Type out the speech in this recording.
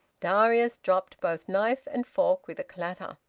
darius dropped both knife and fork with a clatter.